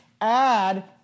add